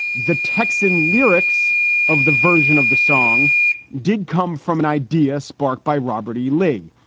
the texan lyrics of the version of the song did come from an idea sparked by robert e. lee,